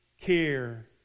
care